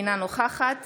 אינה נוכחת